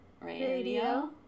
radio